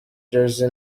jersey